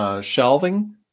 Shelving